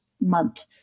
month